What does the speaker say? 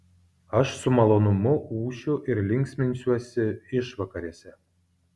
aš su malonumu ūšiu ir linksminsiuosi išvakarėse